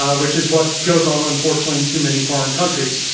um which is what goes on unfortunately in too many foreign countries.